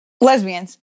Lesbians